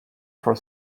for